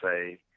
say